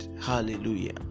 Hallelujah